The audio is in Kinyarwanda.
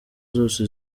zose